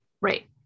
Right